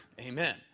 Amen